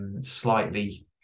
slightly